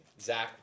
Zach